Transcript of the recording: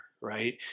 right